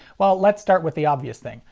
well, let's start with the obvious thing.